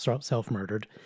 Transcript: self-murdered